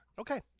Okay